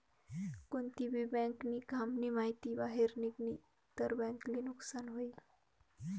कोणती भी बँक नी काम नी माहिती बाहेर निगनी तर बँक ले नुकसान हुई